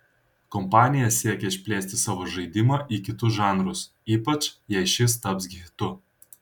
kompanija siekia išplėsti savo žaidimą į kitus žanrus ypač jei šis taps hitu